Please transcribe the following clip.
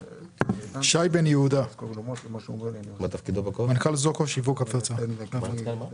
שי בן יהודה, מנכ"ל זוקו שיווק והפצה בע"מ.